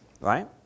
right